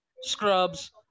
scrubs